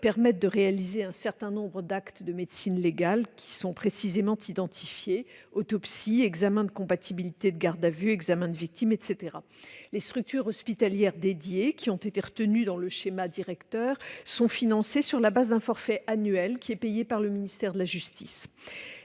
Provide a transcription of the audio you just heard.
permettent de réaliser un certain nombre d'actes de médecine légale précisément identifiés- autopsie, examen de compatibilité de garde à vue, examen de victime, etc. Les structures hospitalières dédiées, qui ont été retenues dans le schéma directeur, sont financées sur la base d'un forfait annuel payé par le ministère de la justice.